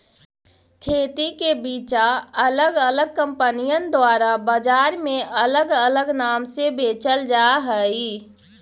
खेती के बिचा अलग अलग कंपनिअन द्वारा बजार में अलग अलग नाम से बेचल जा हई